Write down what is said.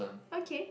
okay